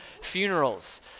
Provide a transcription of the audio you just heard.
funerals